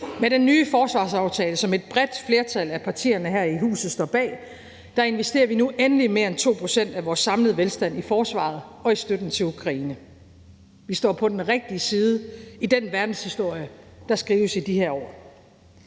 Med den nye forsvarsaftale, som et bredt flertal af partierne her i huset står bag, investerer vi nu endelig mere end 2 pct. af vores samlede velstand i forsvaret og i støtten til Ukraine. Vi står på den rigtige side i den verdenshistorie, der skrives i de her år.